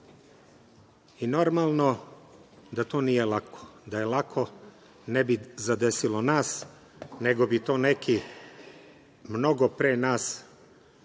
i normalno da to nije lako. Da je lako ne bi zadesilo nas, nego bi to neki mnogo pre nas uspeli